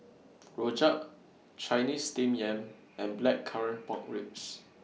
Rojak Chinese Steamed Yam and Blackcurrant Pork Ribs